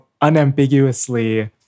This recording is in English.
unambiguously